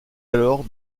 alors